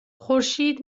خورشید